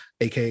AK